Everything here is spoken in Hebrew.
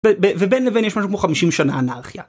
ובין לבין יש משהו כמו 50 שנה אנרכיה.